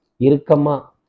irkama